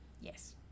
Yes